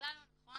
בכלל לא נכון.